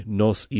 nos